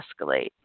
escalate